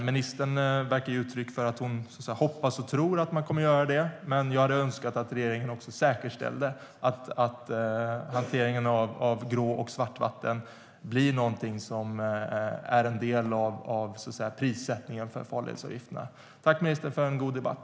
Ministern verkar ge uttryck för att hon hoppas och tror att man kommer att göra detta, men jag hade önskat att regeringen säkerställde att hanteringen av grå och svartvatten blev en del av prissättningen för farledsavgifterna. Jag tackar ministern för en god debatt.